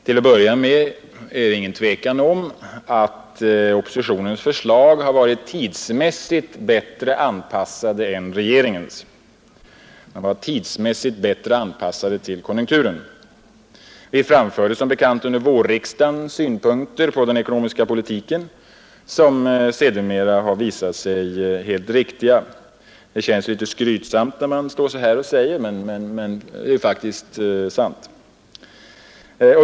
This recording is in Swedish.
Till att börja med är det ingen tvekan om att oppositionens förslag har varit tidsmässigt bättre anpassade till konjunkturen än regeringens. Vi framförde som bekant under vårriksdagen synpunkter på den ekonomiska politiken som sedermera har visat sig helt riktiga. Det känns litet skrytsamt, när man står så här och säger det, men det är faktiskt sant.